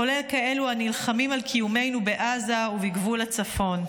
כולל כאלה הנלחמים על קיומנו בעזה ובגבול הצפון.